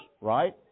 right